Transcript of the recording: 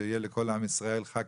שיהיה לכל עם ישראל חג